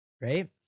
right